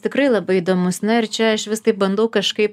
tikrai labai įdomus na ir čia aš vis taip bandau kažkaip